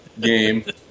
game